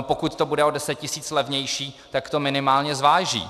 Pokud to bude o 10 tisíc levnější, tak to minimálně zváží.